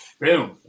Boom